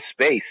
space